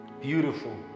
Beautiful